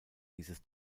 dieses